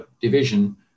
division